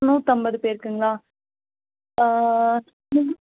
நூற்றம்பது பேருக்குங்களா ம்